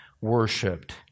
worshipped